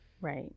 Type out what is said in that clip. Right